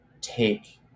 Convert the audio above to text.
take